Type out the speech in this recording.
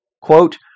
quote